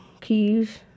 keys